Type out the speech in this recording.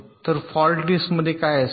तर फॉल्ट लिस्टमध्ये काय असेल